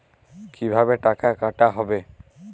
কিভাবে টাকা কাটা হবে?